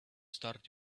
start